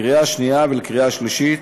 לקריאה השנייה ולקריאה השלישית.